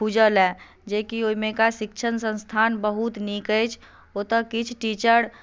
खूजलए जेकि ओहिमेके शिक्षण संस्थान बहुत नीक अछि ओतय किछु टीचर